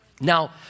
Now